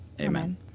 Amen